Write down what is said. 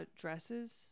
dresses